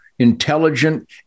intelligent